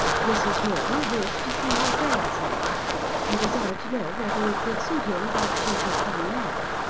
mrs. morton wished to see her grandson and desired to know whether it would suit him that she should come now.